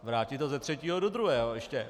Vrátit to ze třetího do druhého, ještě.